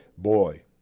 boy